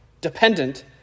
Dependent